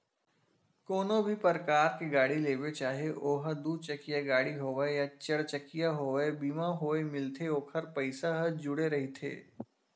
कोनो भी परकार के गाड़ी लेबे चाहे ओहा दू चकिया गाड़ी होवय या चरचकिया होवय बीमा होय मिलथे ओखर पइसा ह जुड़े रहिथे